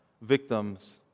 victims